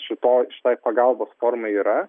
šitoj šitaj pagalbos formai yra